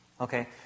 okay